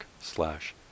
slash